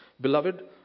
beloved